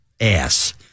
ass